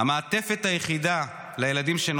המעטפת היחידה, שנותרה לילדים.